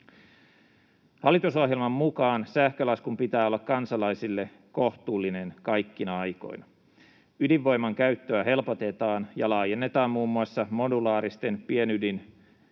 Hallitusohjelman mukaan sähkölaskun pitää olla kansalaisille kohtuullinen kaikkina aikoina. Ydinvoiman käyttöä helpotetaan ja laajennetaan muun muassa modulaaristen